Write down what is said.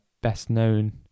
best-known